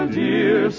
dear